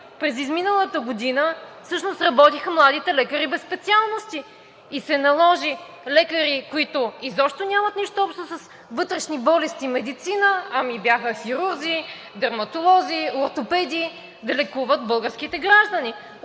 през изминалата година всъщност работиха младите лекари без специалности и се наложи лекари, които нямат нищо общо с вътрешни болести, а бяха хирурзи, дерматолози, ортопеди, да лекуват българските граждани.